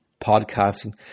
podcasting